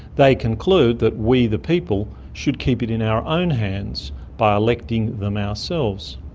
they conclude that we the people should keep it in our own hands by electing them ourselves.